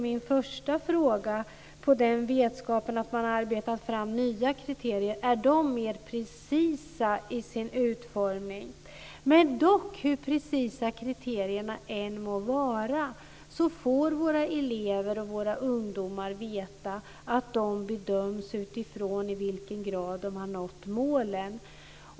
Min första fråga blir då, med den vetskapen att man arbetar med nya kriterier, om dessa är mer precisa i sin utformning. Hur precisa kriterierna än må vara får våra elever och ungdomar veta att de bedöms utifrån i vilken grad de har nått målen.